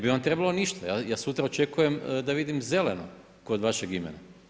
Ne bi vam trebalo ništa, ja sutra očekujem da vidim zeleno kod vašeg imena.